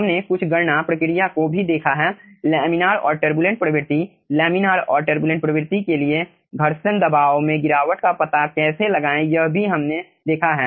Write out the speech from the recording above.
हमने कुछ गणना प्रक्रिया को भी देखा है लमीनार और टर्बुलेंट प्रवृत्ति लमीनार और टर्बुलेंट प्रवृत्ति के लिए घर्षण दबाव में गिरावट का पता कैसे लगाएं यह भी हमने देखा है